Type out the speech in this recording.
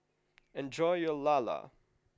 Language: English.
enjoy your lala